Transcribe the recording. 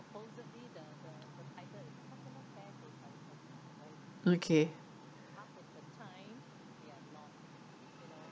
okay